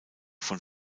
von